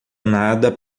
nada